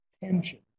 tension